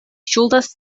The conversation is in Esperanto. ŝuldas